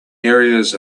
areas